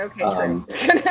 Okay